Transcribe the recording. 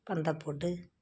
பந்தல் போட்டு